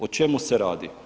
O čemu se radi.